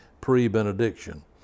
pre-benediction